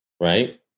right